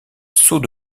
saut